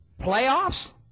Playoffs